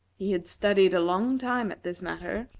he had studied a long time at this matter,